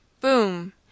Boom